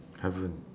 haven't